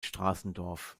straßendorf